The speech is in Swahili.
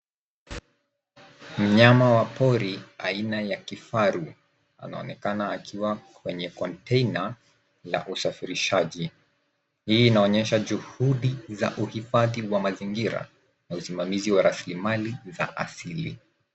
Mnyama wa pori aina ya kifaru, anaonekana akiwa kwenye container la usafirishaji. Hii inaonyesha juhudi za uhifadhi wa mazingira, na usimamizi wa rasilimali za asili.